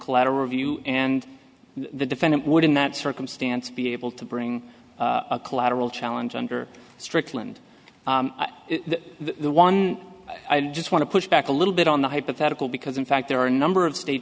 collateral review and the defendant would in that circumstance be able to bring a collateral challenge under strickland the one i just want to push back a little bit on the hypothetical because in fact there are a number of state